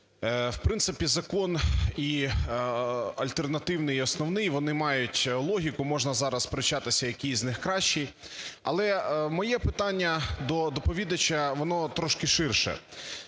В принципі, закон і альтернативний, і основний - вони мають логіку, можна зараз сперечатися, який з них кращий. Але моє питання до доповідача, воно трошки ширше.